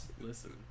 listen